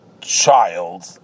child